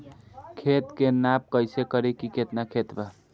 खेत के नाप कइसे करी की केतना खेत बा?